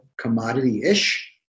commodity-ish